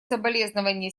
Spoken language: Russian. соболезнование